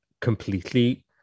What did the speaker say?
completely